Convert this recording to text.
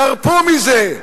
תרפו מזה.